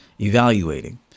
evaluating